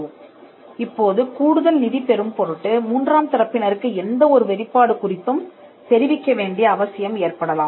l இப்போது கூடுதல் நிதி பெறும் பொருட்டு மூன்றாம் தரப்பினருக்கு எந்த ஒரு வெளிப்பாடு குறித்தும் தெரிவிக்க வேண்டிய அவசியம் ஏற்படலாம்